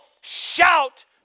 shout